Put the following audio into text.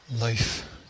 life